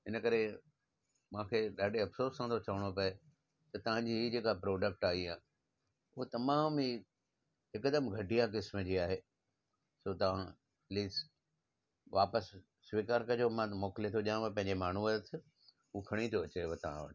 इन करे मूंखे ॾाढे अफ़सोस सां थो चवणो पए की तव्हांजी हीउ जेका प्रोडक्ट आहे इहा हुअ तमामु ई हिकदमि घटिया क़िस्म जी आहे सो तव्हां प्लीस वापसि स्वीकारु कजो मां मोकिले थो ॾियांव पंहिंजे माण्हूअ जे हथु उहो खणी थो अचेव तव्हां वटि